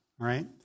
right